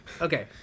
Okay